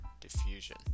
diffusion